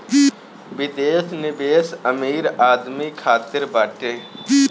विदेश निवेश अमीर आदमी खातिर बाटे